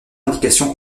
indication